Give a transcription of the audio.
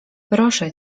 proszę